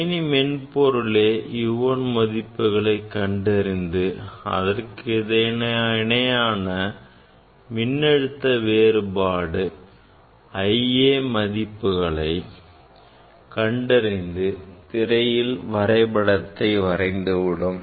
கணினி மென்பொருளே U1 மதிப்புகளை மாற்றி அதற்கு இணையான மின்னழுத்த வேறுபாடு IA மதிப்புகளை கண்டறிந்து திரையில் வரைபடத்தை வரைந்து விடும்